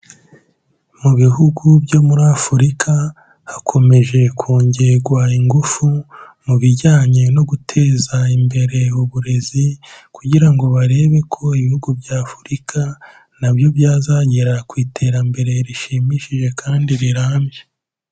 Mu bihugu byo muri Afurika hakomeje kongegwa ingufu mu bijyanye no guteza imbere uburezi, kugira ngo barebe ko ibihugu bya Afurika na byo byazagera ku iterambere rishimishije kandi rirambye.